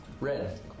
Red